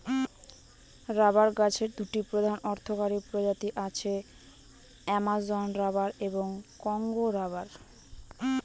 rubber গাছের দুটি প্রধান অর্থকরী প্রজাতি আছে, অ্যামাজন রবার এবং কংগো রবার